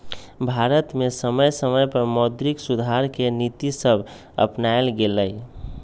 भारत में समय समय पर मौद्रिक सुधार के नीतिसभ अपानाएल गेलइ